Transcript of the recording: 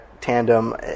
tandem